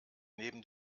neben